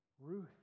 Ruth